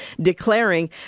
declaring